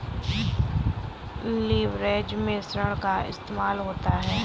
leverage में ऋण का इस्तेमाल होता है